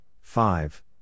five